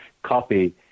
copy